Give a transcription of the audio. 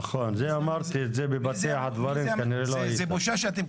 נכון, אמרתי את זה בפתיח הדברים, כנראה שלא היית.